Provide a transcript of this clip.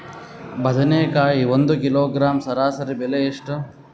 ಬದನೆಕಾಯಿ ಒಂದು ಕಿಲೋಗ್ರಾಂ ಸರಾಸರಿ ಬೆಲೆ ಎಷ್ಟು?